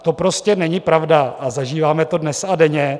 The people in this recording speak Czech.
To prostě není pravda a zažíváme to dnes a denně.